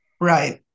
Right